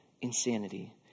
insanity